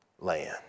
land